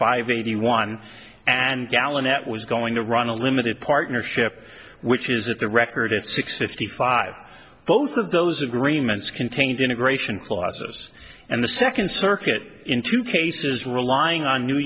five eighty one and gallon hat was going to run a limited partnership which is that the record at six fifty five both of those agreements contained integration clauses and the second circuit in two cases relying on new